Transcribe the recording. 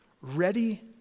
ready